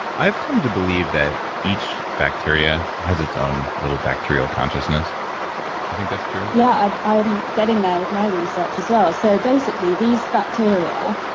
i've come to believe that each bacteria has its own little bacterial consciousness. do you think that's true? yeah. i'm getting there with my research as well. so basically these bacteria,